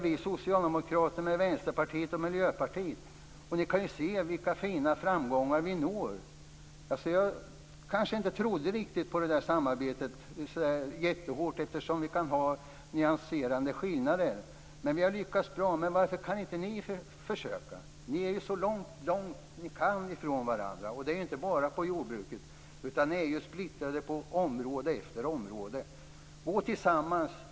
Vi socialdemokrater gör ju det med Vänsterpartiet och Miljöpartiet, och ni kan se vilka fina framgångar vi når. Jag kanske inte riktigt trodde så jättehårt på detta samarbete eftersom vi kan ha nyanserande skillnader. Men vi har lyckats bra. Så varför kan inte ni försöka? Ni är ju så långt ifrån varandra ni kan komma, och det gäller inte bara jordbruket. Ni är splittrade på område efter område. Gå tillsammans!